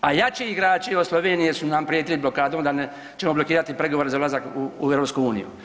A jači igrači od Slovenije su nam prijetili blokadom da će blokirati pregovore za ulazak u EU.